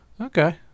Okay